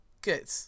Good